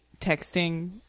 texting